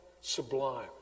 sublime